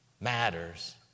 matters